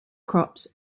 crops